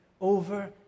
over